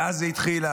שאז זה התחיל.